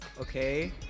okay